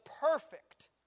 perfect